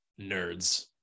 nerds